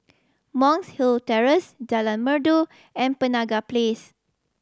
Monk's Hill Terrace Jalan Merdu and Penaga Place